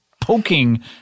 poking